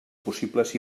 possibles